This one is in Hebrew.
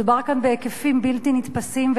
מדובר כאן בהיקפים בלתי נתפסים,